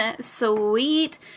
Sweet